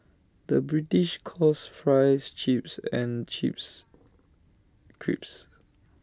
the British calls Fries Chips and Chips Crisps